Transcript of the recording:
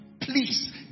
Please